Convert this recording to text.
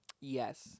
yes